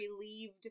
relieved